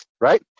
Right